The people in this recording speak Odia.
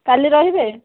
କାଲି ରହିବେ